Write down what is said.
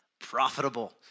profitable